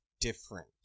different